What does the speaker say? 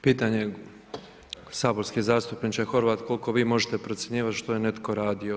Pitanje je saborski zastupniče Horvat koliko vi možete procjenjivati što je netko radio.